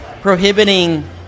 prohibiting